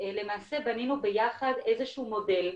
למעשה בנינו ביחד איזה שהוא מודל.